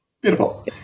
Beautiful